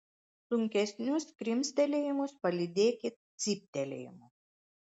sunkesnius krimstelėjimus palydėkit cyptelėjimu